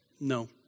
No